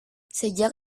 sejak